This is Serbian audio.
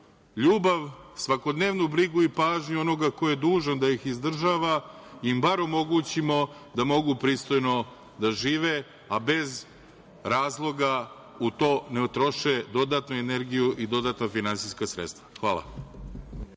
ljubav, svakodnevnu brigu i pažnju onoga ko je dužan da ih izdržava im bar omogućimo da mogu pristojno da žive, a bez razloga da u to ne utroše dodatnu energiju i dodatna finansijska sredstva. Hvala.